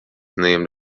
named